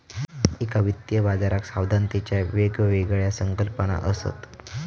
एका वित्तीय बाजाराक सावधानतेच्या वेगवेगळ्या संकल्पना असत